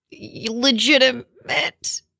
legitimate